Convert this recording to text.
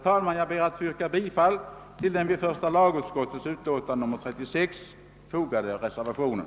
Jag ber att få yrka bifall till den vid första lagutskottets utlåtande nr 36 fogade reservationen.